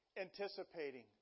anticipating